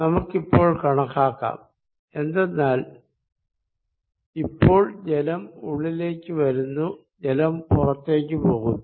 നമുക്കിപ്പോൾ കണക്കാക്കാം എന്തെന്നാൽ ഇപ്പോൾ ജലം ഉള്ളിലേക്ക് വന്ന് പുറത്തേക്ക് പോകുന്നു